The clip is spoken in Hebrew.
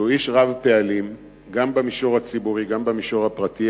שהוא איש רב פעלים גם במישור הציבורי וגם במישור הפרטי,